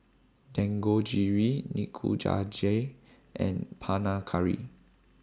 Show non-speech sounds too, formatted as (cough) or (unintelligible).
Dangojiru (unintelligible) and Panang Curry